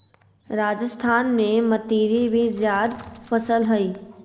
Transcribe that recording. राजस्थान में मतीरी भी जायद फसल हइ